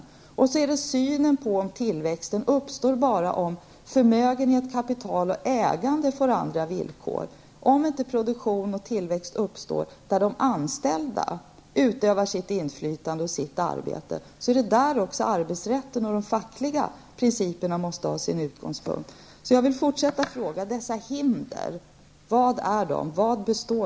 Det gäller här också synen på tillväxten, att den endast uppstår om förmögenhet, kapital och ägande får andra villkor. Men är det inte så att tillväxt uppstår där de anställda utövar inflytande på sitt arbete? Det är där arbetsrätten och de fackliga principerna måste ha sin utgångspunkt. Jag vill fortsätta att fråga vari dessa hinder består.